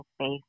space